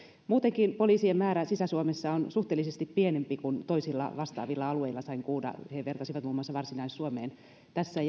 muutenkin poliisien määrä sisä suomessa on suhteellisesti pienempi kuin toisilla vastaavilla alueilla sain kuulla he vertasivat muun muassa varsinais suomeen tässä